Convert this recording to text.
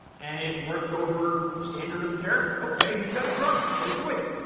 and it worked over standard of care? ok, you've got a drug. go do it.